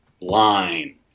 line